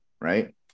Right